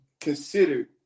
considered